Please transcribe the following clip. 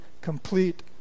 complete